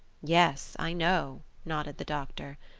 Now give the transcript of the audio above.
yes, i know, nodded the doctor.